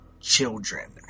children